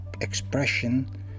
expression